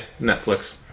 Netflix